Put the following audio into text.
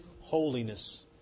holiness